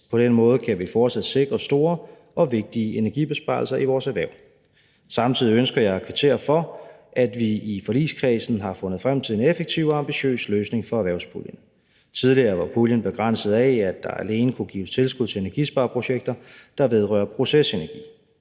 På den måde kan vi fortsat sikre store og vigtige energibesparelser i vores erhverv. Samtidig ønsker jeg at kvittere for, at vi i forligskredsen har fundet frem til en effektiv og ambitiøs løsning for erhvervspuljen. Tidligere var puljen begrænset af, at der alene kunne gives tilskud til energispareprojekter, der vedrører procesenergi.